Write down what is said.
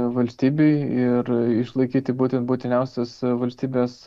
valstybei ir išlaikyti būtent būtiniausias valstybės